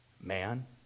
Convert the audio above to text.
Man